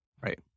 Right